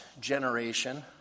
generation